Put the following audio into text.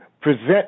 present